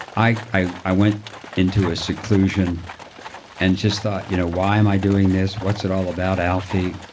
i i i went into a seclusion and just thought you know why am i doing this, what's it all about alfie,